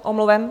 Omluven.